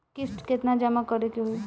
किस्त केतना जमा करे के होई?